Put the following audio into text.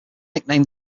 nicknamed